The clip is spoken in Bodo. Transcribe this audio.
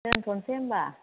दोनथनसै होमबा